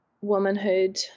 womanhood